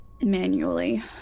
manually